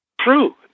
True